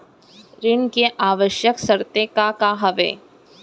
ऋण के आवश्यक शर्तें का का हवे?